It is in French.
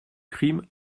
crime